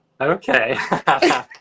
Okay